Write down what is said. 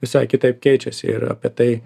visai kitaip keičiasi ir apie tai